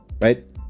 Right